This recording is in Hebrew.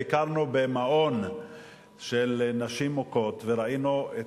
ביקרנו במעון של נשים מוכות וראינו את מספר,